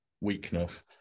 weakness